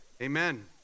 amen